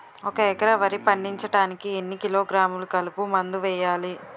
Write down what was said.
ఒక ఎకర వరి పండించటానికి ఎన్ని కిలోగ్రాములు కలుపు మందు వేయాలి?